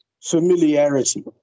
familiarity